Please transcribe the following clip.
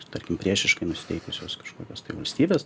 tarkim priešiškai nusiteikusios kažkokios tai valstybės